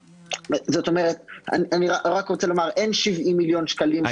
אני רק רוצה לומר שאין 70 מיליון שקלים שאנחנו לוקחים.